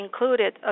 included